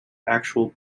actual